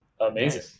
Amazing